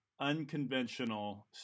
Unconventional